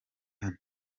hano